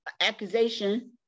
accusation